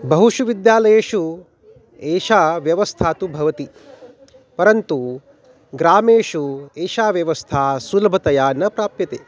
बहुषु विद्यालयेषु एषा व्यवस्था तु भवति परन्तु ग्रामेषु एषा व्यवस्था सुलभतया न प्राप्यते